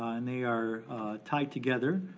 and they are tied together.